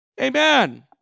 amen